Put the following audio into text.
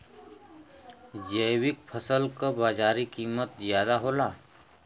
जैविक फसल क बाजारी कीमत ज्यादा होला